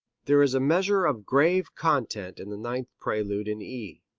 there is a measure of grave content in the ninth prelude in e.